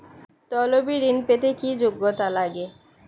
তলবি ঋন পেতে কি যোগ্যতা লাগে?